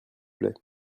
plait